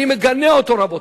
אני מגנה אותו, רבותי.